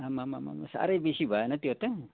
आमामामामा साह्रै बेसी भएन त्यो त